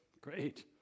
great